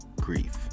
grief